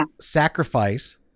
sacrifice